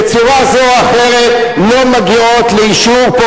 בצורה זו או אחרת לא מגיעות לאישור פה,